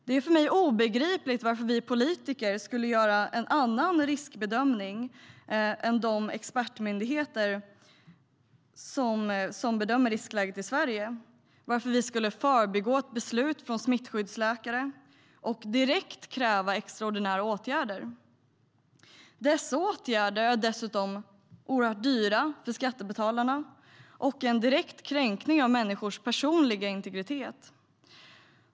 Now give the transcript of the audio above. Det är för mig obegripligt varför vi politiker skulle göra en annan riskbedömning än de expertmyndigheter som bedömer riskläget i Sverige, varför vi skulle förbigå ett beslut från smittskyddsläkare och direkt kräva extraordinära åtgärder. Dessa åtgärder är dessutom oerhört dyra för skattebetalarna och innebär en direkt kränkning av människors personliga integritet.